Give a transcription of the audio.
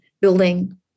building